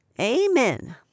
Amen